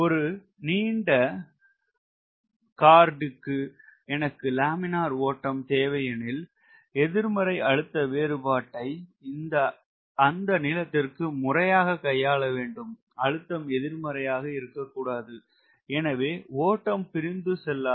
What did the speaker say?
ஒரு நீண்ட கார்ட் ற்கு எனக்கு லாமினார் ஓட்டம் தேவை எனில் எதிர்மறை அழுத்த வேறுபாட்டை அந்த நீளத்திற்கு முறையாக கையாள வேண்டும் அழுத்தம் எதிர்மறையாக இருக்க கூடாது எனவே ஓட்டம் பிரிந்து செல்லாது